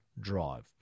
Drive